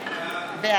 הצמיחה, לצמצום האבטלה.